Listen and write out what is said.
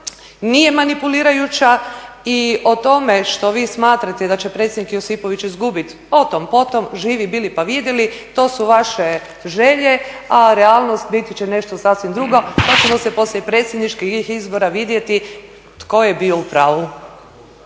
nije manipulirajuća, i o tome što vi smatrate da će predsjednik Josipović izgubiti o tom potom, živi bili pa vidjeli. To su vaše želje, a realnost biti će nešto sasvim drugo pa ćemo poslije predsjedničkih izbora vidjeti tko je bio u pravu.